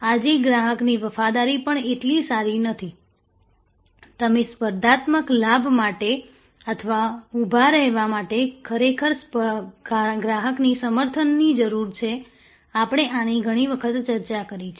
આજે ગ્રાહકની વફાદારી પણ એટલી સારી નથી તમને સ્પર્ધાત્મક લાભ માટે અથવા ઉભા રહેવા માટે ખરેખર ગ્રાહકની સમર્થનની જરૂર છે આપણે આની ઘણી વખત ચર્ચા કરી છે